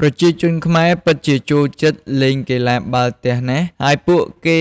ប្រជាជនខ្មែរពិតជាចូលចិត្តលេងកីឡាបាល់ទះណាស់ ហើយពួកគេ